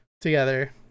together